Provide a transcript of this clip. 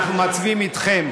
אנחנו מצביעים איתכם,